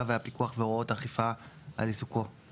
"והפיקוח והוראות האכיפה על עיסוקו לפי הדין הזר".